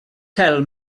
tell